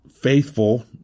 faithful